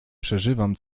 przeżywam